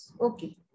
Okay